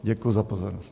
Děkuji za pozornost.